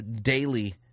daily